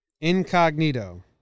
Incognito